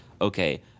okay